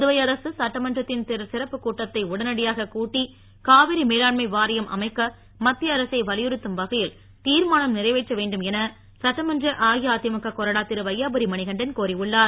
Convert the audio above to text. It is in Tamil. புதுவை அரசு சட்டமன்றத்தின் சிறப்பு கூட்டத்தை உடனடியாக கூட்டி காவிரி மேலாண்மை வாரியம் அமைக்க மத்திய அரசை வலியுறுத்தும் வகையில் திர்மானம் நிறைவேற்ற வேண்டும் என சட்டமன்ற அஇஅதிமுக கொறடா திருவையாபுரி மணிகண்டன் கோரியுள்ளார்